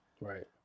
Right